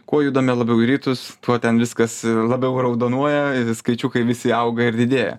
kuo judame labiau į rytus tuo ten viskas labiau raudonuoja skaičiukai visi auga ir didėja